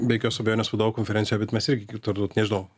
be jokios abejonės vadovų konferencija bet mes irgi gi turbūt nežinau